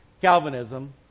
Calvinism